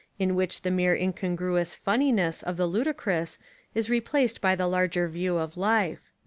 in which the mere incongruous funniness of the ludicrous is replaced by the larger view of life.